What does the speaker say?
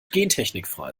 gentechnikfrei